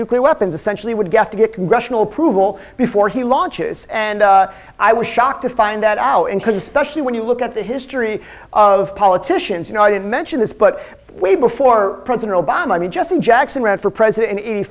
nuclear weapons essentially would get to get congressional approval before he launches and i was shocked to find that out and could especially when you look at the history of politicians you know i didn't mention this but way before president obama i mean jesse jackson ran for president